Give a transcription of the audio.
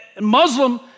Muslim